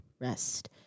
rest